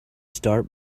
start